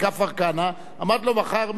אמרתי לו: מחר משיבים על שאילתא.